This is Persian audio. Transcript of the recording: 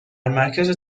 مرکز